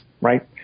right